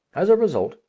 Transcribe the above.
as a result,